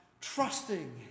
trusting